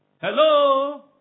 hello